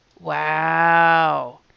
Wow